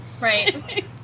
Right